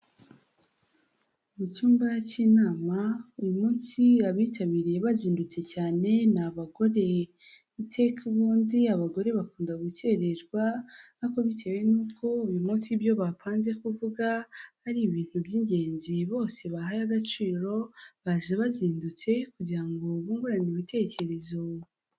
Mu cyumba cy'inama uyu munsi abitabiriye bazindutse cyane ni abagore, iteka ubundi abagore bakunda gukererwa ariko bitewe nuko uyu munsi ibyo bapanze kuvuga ari ibintu by'ingenzi bose bahaye agaciro baje bazindutse kugira ngo bungurane ibitekerezo.